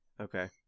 Okay